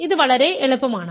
ഇത് വളരെ എളുപ്പമാണ്